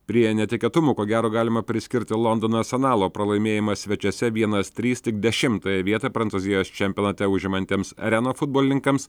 prie netikėtumų ko gero galima priskirti londono arsenalo pralaimėjimą svečiuose vienas trys tik dešimtąją vietą prancūzijos čempionate užimantiems renault futbolininkams